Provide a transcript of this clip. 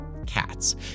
cats